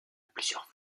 plusieurs